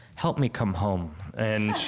help me come home. and